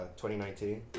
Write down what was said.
2019